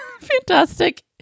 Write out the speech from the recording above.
Fantastic